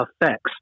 effects